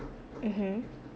mmhmm